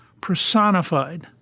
personified